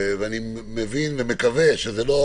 ואני מבין ומקווה שזה לא